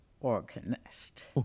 organist